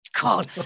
God